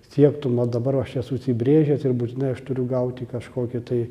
siektumva dabar aš esu užsibrėžęs ir būtinai aš turiu gauti kažkokį tai